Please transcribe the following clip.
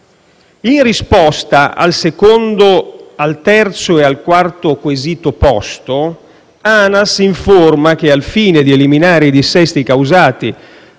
In risposta al secondo, al terzo e al quarto quesito posto, ANAS informa che, al fine di eliminare i dissesti causati